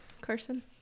Carson